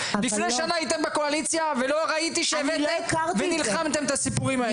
לפני שנה הייתם בקואליציה ולא ראיתי שהבאתם ונלחמתם את הסיפורים האלה.